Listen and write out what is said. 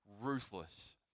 ruthless